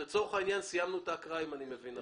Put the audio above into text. לצורך העניין סיימנו את ההקראה, אם אני מבין נכון.